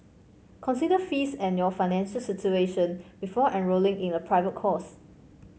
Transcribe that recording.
consider fees and your financial situation before enrolling in a private course